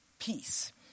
peace